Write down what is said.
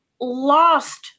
lost